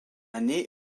année